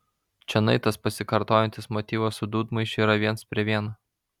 čionai tas pasikartojantis motyvas su dūdmaišiu yra viens prie vieno